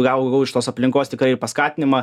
pagalbą gavau iš tos aplinkos tikrai ir paskatinimą